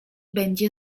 będzie